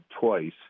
twice